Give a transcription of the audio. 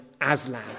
Aslan